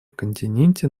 континенте